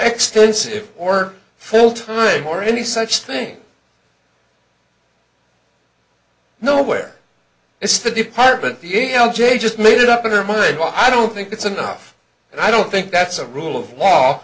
extensive or full time or any such thing nowhere it's the department the a l j just made up her mind well i don't think it's enough and i don't think that's a rule of law